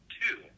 two